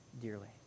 dearly